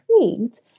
intrigued